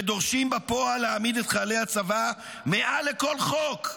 ודורשים בפועל להעמיד את חיילי הצבא מעל לכל חוק.